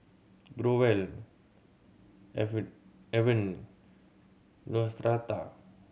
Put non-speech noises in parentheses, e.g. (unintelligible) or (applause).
Growell (unintelligible) Avene Neostrata